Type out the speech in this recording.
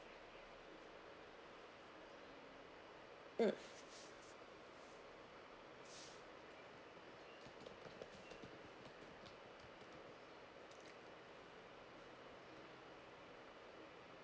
mm